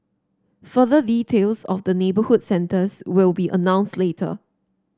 further details of the neighbourhood centres will be announced later